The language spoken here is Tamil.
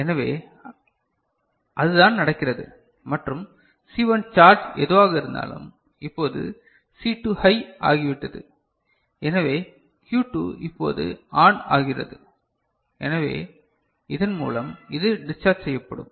எனவே அதுதான் நடக்கிறது மற்றும் C1 சார்ஜ் எதுவாக இருந்தாலும் இப்போது C2 ஹை ஆகிவிட்டது எனவே Q2 இப்போது ஆன் ஆகிறது எனவே இதன் மூலம் இது டிஸ்சார்ஜ் செய்யப்படும்